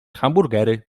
hamburgery